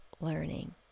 learning